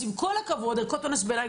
אז עם כל הכבוד לראיה מהמכתזית,